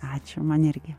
ačiū man irgi